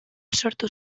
sortu